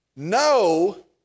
No